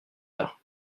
tard